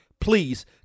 please